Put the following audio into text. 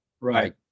Right